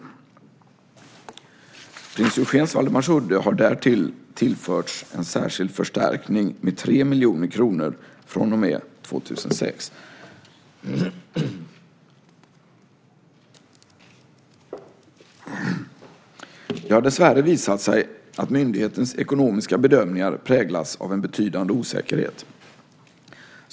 Prins Eugens Waldemarsudde har därtill tillförts en särskild förstärkning med 3 miljoner kronor år 2006. Det har dessvärre visat sig att myndighetens ekonomiska bedömningar präglas av en betydande osäkerhet.